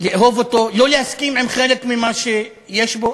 לאהוב אותו, לא להסכים עם חלק ממה שיש בו.